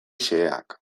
xeheak